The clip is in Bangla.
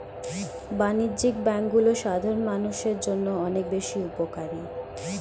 বাণিজ্যিক ব্যাংকগুলো সাধারণ মানুষের জন্য অনেক বেশি উপকারী